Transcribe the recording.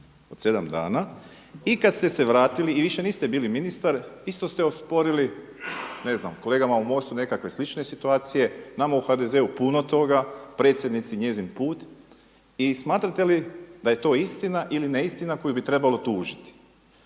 od 7 dana i kad ste se vratili i više niste bili ministar isto ste osporili ne znam kolegama u Mostu nekakve slične situacije, nama u HDZ-u puno toga, predsjednici njezin put. I smatrate li da je to istina ili neistina koju bi trebalo tužiti?